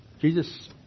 Jesus